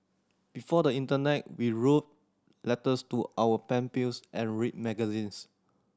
before the internet we wrote letters to our pen pales and read magazines